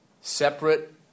separate